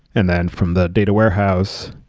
and then from the data warehouse,